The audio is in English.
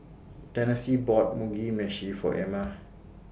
Tennessee bought Mugi Meshi For Emma